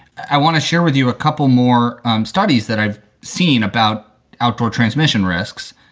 i want to share with you a couple more studies that i've seen about outdoor transmission risks.